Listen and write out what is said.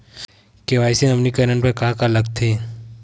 KYC नवीनीकरण बर का का लगथे?